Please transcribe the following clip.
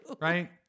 Right